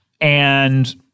and-